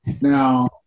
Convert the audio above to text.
Now